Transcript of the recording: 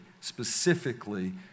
specifically